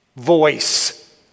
voice